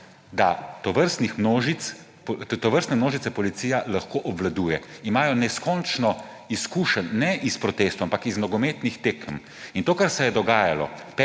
da tovrstne množice policija lahko obvladuje, imajo neskončno izkušenj ne iz protestov, ampak iz nogometnih tekem. In to, kar se je dogajalo